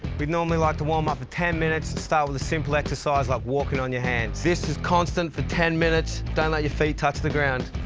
we'd normally like to warm up for ten minutes let's start with a simple exercise like walking on your hands. this is constant for ten minutes don't let your feet touch the ground.